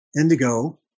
Indigo